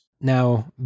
Now